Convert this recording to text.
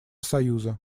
союза